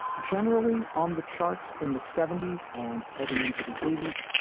generally on the charts in the seventy s and heading into the eighty s,